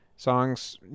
Songs